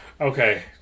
Okay